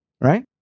right